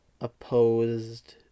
opposed